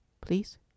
Please